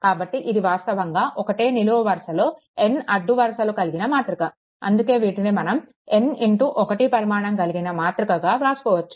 కాబట్టి ఇది వాస్తవంగా ఒక్కటే నిలువు వరుసలో n అడ్డు వరుసలు కలిగిన మాతృక అందుకే వీటిని మనం n 1 పరిమాణం కలిగిన మాతృక గా వ్రాసుకోవచ్చు